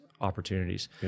opportunities